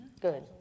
Good